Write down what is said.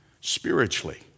spiritually